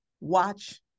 watch